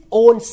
own